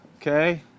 Okay